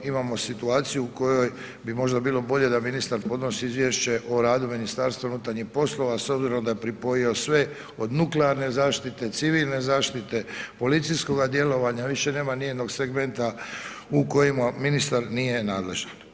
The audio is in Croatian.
Imamo situaciju u kojoj bi možda bilo bolje da ministar podnosi izvještaj o radu Ministarstva unutarnjih poslova, s obzirom da je pripojio sve od nuklearne zaštite, civilne zaštite, policijskog djelovanja, više nema ni jednog segmenta, u kojima ministar nije nadležan.